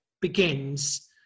begins